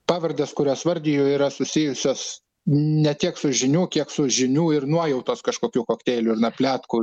pavardes kurias vardijo yra susijusios ne tiek su žinių kiek su žinių ir nuojautos kažkokiu kokteiliu na pletkų